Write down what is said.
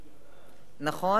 נכון.